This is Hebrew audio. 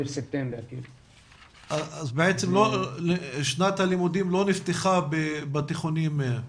אז בעצם שנת הלימודים לא נפתחה בתיכונים.